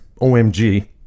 OMG